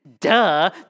Duh